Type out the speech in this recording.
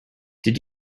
did